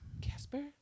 Casper